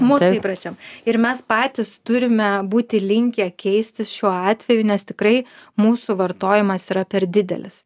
mūsų įpročiam ir mes patys turime būti linkę keistis šiuo atveju nes tikrai mūsų vartojimas yra per didelis